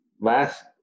last